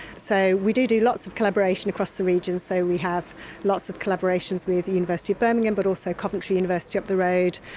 so we do do lots of collaboration across the region, so we have lots of collaborations with the university of birmingham but also coventry university up the road.